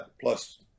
plus